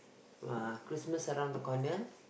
!wah! Christmas around the corner